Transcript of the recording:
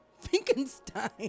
Finkenstein